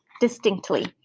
distinctly